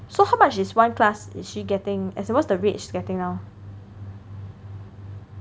so how much is one class is she getting as in what is the rate she is getting now